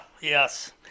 yes